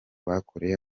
bakoreye